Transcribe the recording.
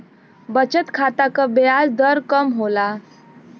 बचत खाता क ब्याज दर कम होला